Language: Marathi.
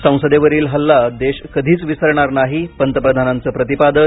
संसदेवरील हल्ला देश कधीच विसरणार नाही पंतप्रधानांचं प्रतिपादन